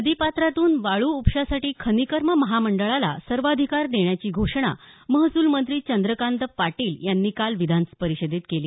नदीपात्रातून वाळू उपशासाठी खनिकर्म महामंडळाला सर्वाधिकार देण्याची घोषणा महसूल मंत्री चंद्रकांत पाटील यांनी काल विधान परिषदेत केली